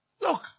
Look